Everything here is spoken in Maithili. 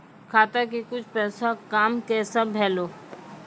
खाता के कुछ पैसा काम कैसा भेलौ?